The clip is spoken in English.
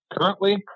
currently